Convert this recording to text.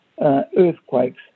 earthquakes